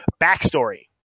backstory